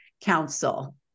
Council